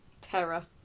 terror